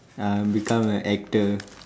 uh become an actor